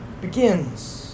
begins